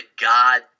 God